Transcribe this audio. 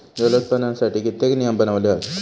जलोत्पादनासाठी कित्येक नियम बनवले हत